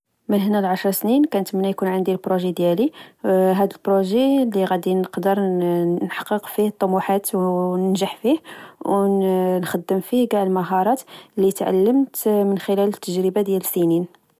من هنا العشر سنين كنتمنى يكون عندي البروجي ديالي. هاد البروجي لي غادي نقدر نحقق فيه الطموحات وننجح فيه ونخدم فيه كاع المهارات لي تعلمت من خلال التجربه ديال سنين